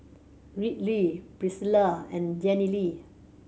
Riley Priscila and Jenilee